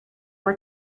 were